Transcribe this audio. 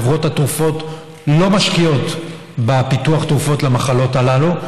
חברות התרופות לא משקיעות בפיתוח תרופות למחלות הללו.